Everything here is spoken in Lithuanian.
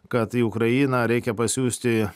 kad į ukrainą reikia pasiųsti